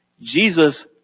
Jesus